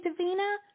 Davina